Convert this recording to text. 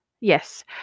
Yes